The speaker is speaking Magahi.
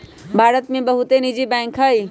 भारत में बहुते निजी बैंक हइ